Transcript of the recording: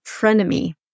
Frenemy